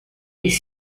des